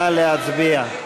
נא להצביע.